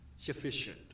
sufficient